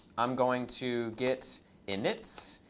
i'm going to get init.